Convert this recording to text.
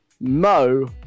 mo